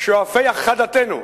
שואפי הכחדתנו.